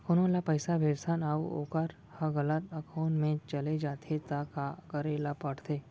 कोनो ला पइसा भेजथन अऊ वोकर ह गलत एकाउंट में चले जथे त का करे ला पड़थे?